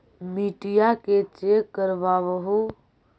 मिट्टीया के चेक करबाबहू?